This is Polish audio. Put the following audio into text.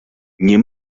nie